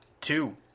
Two